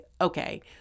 okay